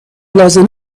لازم